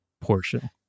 portion